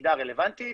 יחידה רלוונטית,